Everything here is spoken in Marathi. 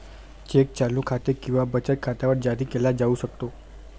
चेक चालू खाते किंवा बचत खात्यावर जारी केला जाऊ शकतो